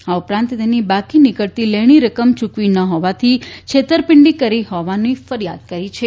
આ ઉપરાંત તેની બાકી નીકળતી લેણી રકમ ચૂકવી ન હોવાથી છેતરપિંડી કરી હોવાની ફરિયાદ કરી છે